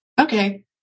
Okay